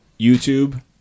YouTube